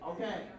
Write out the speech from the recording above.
Okay